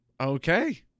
Okay